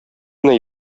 генә